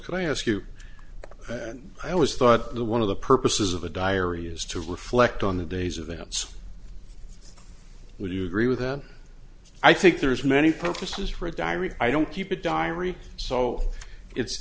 can i ask you i always thought the one of the purposes of a diary is to reflect on the day's events would you agree with that i think there's many purposes for a diary i don't keep a diary so it's